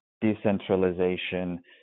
decentralization